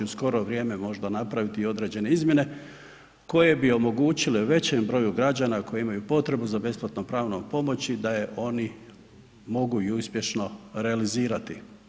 U skoro vrijeme možda napraviti i određene izmjene koje bi omogućile većem broju građana koji imaju potrebu za besplatnom pravnom pomoći da je oni mogu i uspješno realizirati.